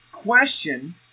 question